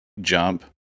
jump